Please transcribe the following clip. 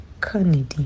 Kennedy